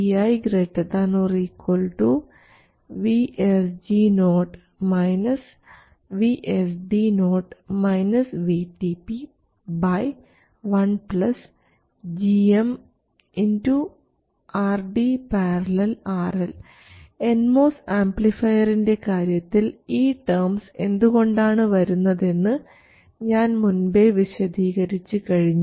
vi ≥ 1gm RD ║ RL NMOS ആംപ്ലിഫയറിൻറെ കാര്യത്തിൽ ഈ ടേംസ് എന്തുകൊണ്ടാണ് വരുന്നത് എന്ന് ഞാൻ മുൻപേ വിശദീകരിച്ചു കഴിഞ്ഞു